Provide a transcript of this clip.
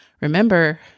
Remember